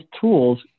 tools